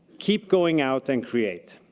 keep going out and create.